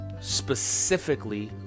specifically